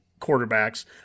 quarterbacks